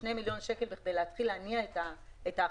שני מיליון שקל כדי להתחיל להניע את ההכשרה